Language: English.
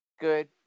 good